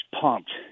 pumped